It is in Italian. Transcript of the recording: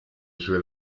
sue